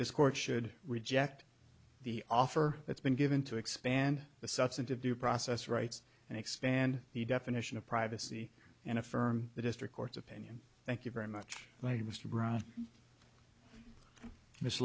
this court should reject the offer that's been given to expand the substantive due process rights and expand the definition of privacy and affirm the district court's opinion thank you very much when mr brown miss